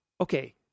Okay